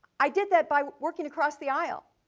i did that by working across the aisle,